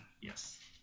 Yes